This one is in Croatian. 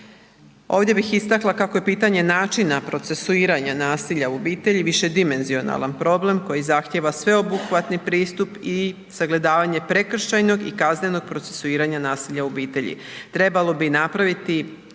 Ovdje bih istakla kako je pitanje načina procesuiranja nasilja u obitelji višedimenzionalan problem koji zahtijeva sveobuhvatni pristup i sagledavanja prekršajnog i kaznenog procesuiranja nasilja u obitelji. Trebalo bi napraviti